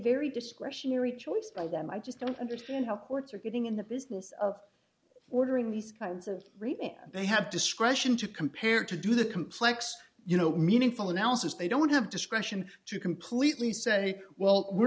very discretionary choice by them i just don't understand how courts are getting in the business of ordering these kinds of rape if they have discretion to compare to do the complex you know meaningful analysis they don't have discretion to completely say well we're